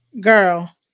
Girl